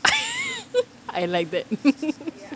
I like that